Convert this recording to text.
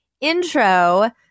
intro